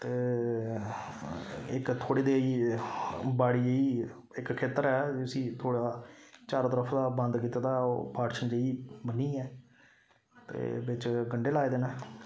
ते इक थोह्ड़ी जेही बाड़ी जेही इक खेत्तर ऐ जिसी थोह्ड़ा चारो तरफ दा बंद कीते दा ओह् फाड़श जेही बन्नियै ते बिच्च गंढे लाए दे न